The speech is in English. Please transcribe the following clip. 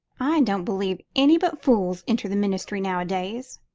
i don't believe any but fools enter the ministry nowadays,